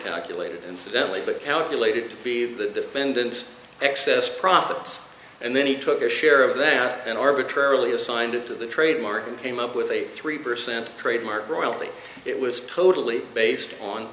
calculated incidentally but calculated to be the defendant's excess profits and then he took a share of that and arbitrarily assigned it to the trade mart came up with a three percent trademark royalty it was totally based on